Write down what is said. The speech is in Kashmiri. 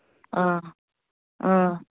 آ آ